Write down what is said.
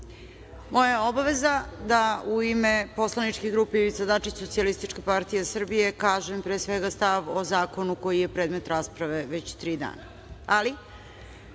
je obaveza da u ime poslaničke grupe Ivica Dačić – Socijalistička partija Srbije kažem, pre svega, stav o zakonu koji je predmet rasprave već tri dana, ali